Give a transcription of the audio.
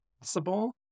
possible